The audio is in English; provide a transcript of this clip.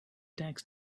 tax